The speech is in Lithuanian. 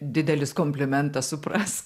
didelis komplimentas suprask